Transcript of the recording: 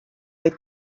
oedd